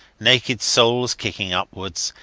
naked soles kicking upwards,